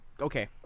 Okay